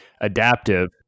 adaptive